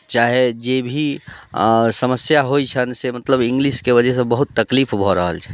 चाहे जे भी समस्या होइत छनि से मतलब इंग्लिशके वजहसँ बहुत तकलीफ भऽ रहल छनि